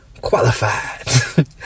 qualified